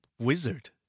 Wizard